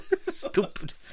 Stupid